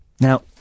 Now